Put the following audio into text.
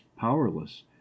powerless